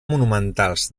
monumentals